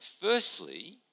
Firstly